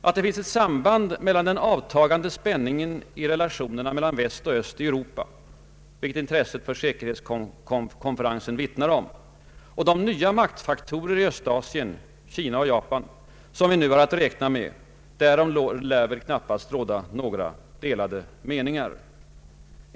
Att det finns ett samband mellan den avtagande spänningen i relationerna mellan Väst och öst inom Europa, vilket intresset för säkerhetskonferensen vittnar om, och de nya maktfaktorer i Östasien — Kina och Japan — som vi nu har att räkna Ang. Sveriges utrikesoch handelspolitik med, därom lär väl knappast råda delade meningar.